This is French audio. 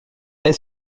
est